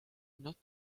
not